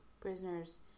prisoners